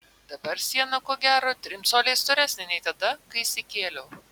dabar siena ko gero trim coliais storesnė nei tada kai įsikėliau